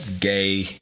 gay